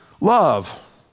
love